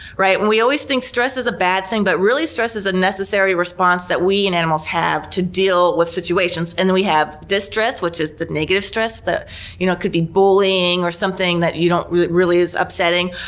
right? and we always think stress is a bad thing, but really stress is a necessary response that we and animals have to deal with situations. and then we have distress, which is the negative stress. but you know it could be bullying or something that really really is upsetting.